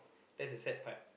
that's the setback